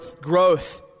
growth